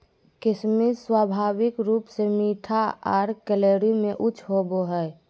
किशमिश स्वाभाविक रूप से मीठा आर कैलोरी में उच्च होवो हय